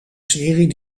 serie